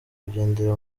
kugendera